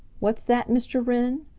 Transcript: what's that, mr. wren?